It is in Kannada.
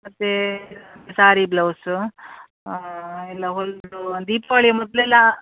ಮತ್ತು ಸಾರಿ ಬ್ಲೌಸು ಎಲ್ಲ ಹೊಲಿದು ದೀಪಾವಳಿ ಮೊದಲೆಲ್ಲ